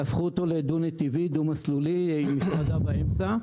והפכו אותו לדו-נתיבי, דו-מסלולי, עם מפרדה באמצע.